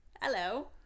Hello